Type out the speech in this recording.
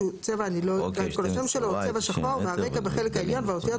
הסמכות לשר לקבוע כאשר הוא קובע הוראה מאומצת,